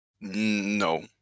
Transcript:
No